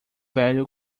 velho